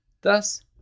thus